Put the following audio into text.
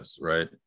right